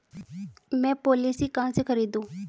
मैं पॉलिसी कहाँ से खरीदूं?